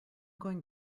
going